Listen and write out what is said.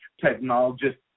technologists